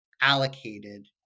allocated